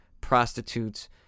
prostitutes